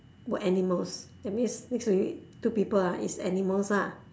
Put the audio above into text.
were animals that means which would you two people ah is animals lah